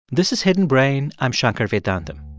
this is hidden brain. i'm shankar vedantam.